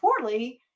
poorly